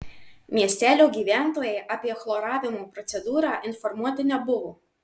miestelio gyventojai apie chloravimo procedūrą informuoti nebuvo